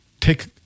Take